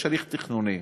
יש הליך תכנוני